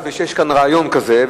ויש כאן רעיון כזה,